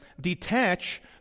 detach